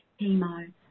chemo